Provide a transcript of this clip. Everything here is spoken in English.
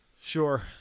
Sure